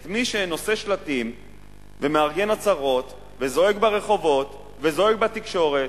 את מי שנושא שלטים ומארגן עצרות וזועק ברחובות וזועק בתקשורת,